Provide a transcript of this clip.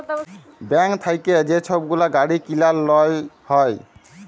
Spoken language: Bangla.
ব্যাংক থ্যাইকে যে ছব গুলা গাড়ি কিলার লল হ্যয়